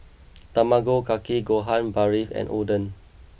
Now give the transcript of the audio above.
Tamago Kake Gohan Barfi and Oden